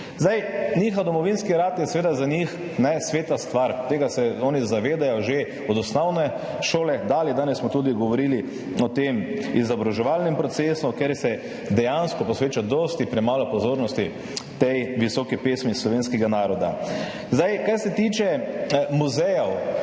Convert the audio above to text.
Njihov domovinski rat je seveda za njih sveta stvar, tega se oni zavedajo že od osnovne šole dalje, danes smo tudi govorili o tem izobraževalnem procesu, kjer se dejansko posveča dosti premalo pozornosti tej visoki pesmi slovenskega naroda. Kar se tiče muzejev.